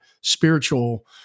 spiritual